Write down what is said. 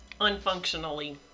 unfunctionally